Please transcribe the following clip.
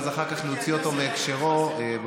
ואז אחר כך נוציא אותו מהקשרו בפייסבוק.